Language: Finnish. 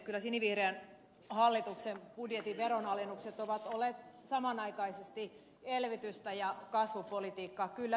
kyllä sinivihreän hallituksen budjetin veronalennukset ovat olleet samanaikaisesti elvytystä ja kasvupolitiikkaa